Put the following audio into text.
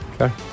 Okay